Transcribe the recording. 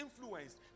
influenced